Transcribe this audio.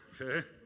okay